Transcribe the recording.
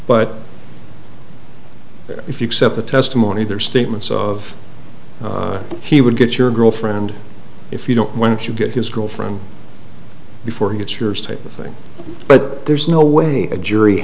but if you accept the testimony their statements of he would get your girlfriend if you don't want to get his girlfriend before you get your state thing but there's no way a jury